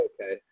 okay